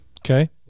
Okay